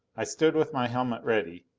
i stood with my helmet ready.